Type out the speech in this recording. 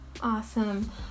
Awesome